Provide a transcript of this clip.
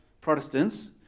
Protestants